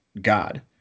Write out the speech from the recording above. God